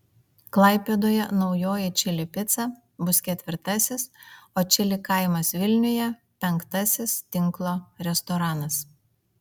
klaipėdoje naujoji čili pica bus ketvirtasis o čili kaimas vilniuje penktasis tinklo restoranas